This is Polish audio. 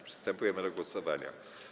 Przystępujemy do głosowania.